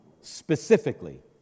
specifically